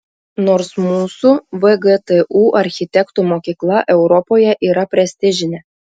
nors mūsų vgtu architektų mokykla europoje yra prestižinė